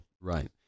right